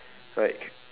like